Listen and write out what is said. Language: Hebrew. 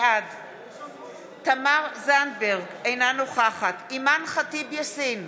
בעד תמר זנדברג, אינה נוכחת אימאן ח'טיב יאסין,